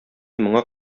моңар